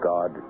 God